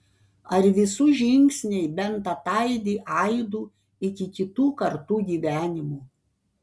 ar visų žingsniai bent ataidi aidu iki kitų kartų gyvenimų